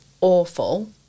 awful